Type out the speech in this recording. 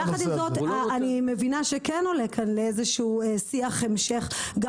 אני מבינה שכן עולה כאן שיח המשך על